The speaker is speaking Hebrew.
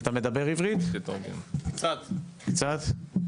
לא להראות התקדמות בעברית אבל תוך שנה התקדמתי בטח,